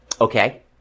Okay